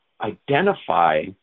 identify